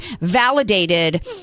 validated